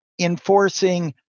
enforcing